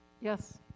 Yes